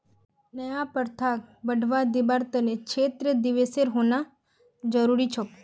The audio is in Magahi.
नया प्रथाक बढ़वा दीबार त न क्षेत्र दिवसेर होना जरूरी छोक